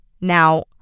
Now